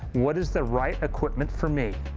what is the right equipment for me.